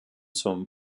zum